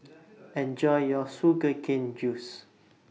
Enjoy your Sugar Cane Juice